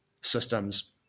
systems